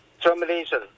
termination